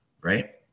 right